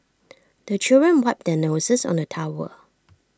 the children wipe their noses on the towel